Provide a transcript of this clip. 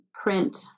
print